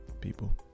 people